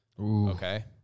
Okay